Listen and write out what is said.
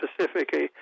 specifically